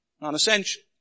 non-essential